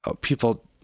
people